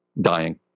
dying